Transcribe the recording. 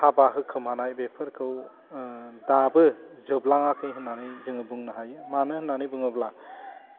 हाबा होखोमानाय बेफोरखौ दाबो जोबलाङाखै होन्नानै जोङो बुंनो हायो मानो होन्नानै बुङोब्ला